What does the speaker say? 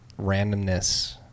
randomness